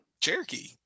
Cherokee